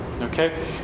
Okay